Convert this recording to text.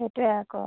সেইটোৱে আকৌ